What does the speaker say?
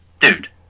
Dude